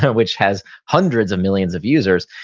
which has hundreds of millions of users,